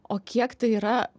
o kiek tai yra